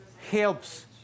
helps